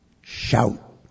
Shout